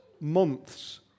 months